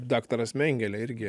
daktaras mengelė irgi